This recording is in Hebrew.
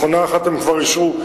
מכונה אחת הם כבר אישרו,